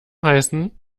heißen